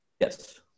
Yes